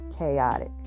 chaotic